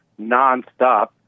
nonstop